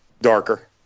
Darker